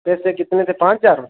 पैसे कितने थे पाँच हज़ार